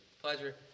Pleasure